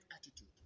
attitude